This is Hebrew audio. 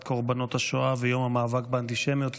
קורבנות השואה ויום המאבק באנטישמיות.